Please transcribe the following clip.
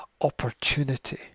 opportunity